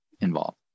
involved